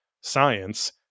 science